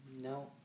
No